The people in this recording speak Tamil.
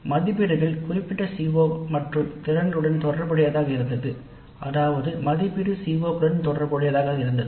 மதிப்பீடுகள் குறிப்பிட்ட CO களுடன் சீரமைக்கப்படுகிறது